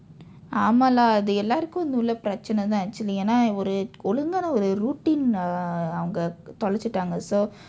ஆமாம்:aamaam lah அது எல்லோருக்கும் உள்ள பிரச்சனை தான் ஏன் என்றால் ஒரு ஒழுங்கான ஒரு:athu elloorukkum ulla pirachsinai thaan een enraal oru ozhungkaana oru routine uh அவங்க தொலைத்து விட்டார்கள்:avangka tholaiththu vitdaarkal so